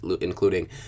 including